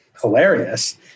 hilarious